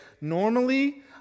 normally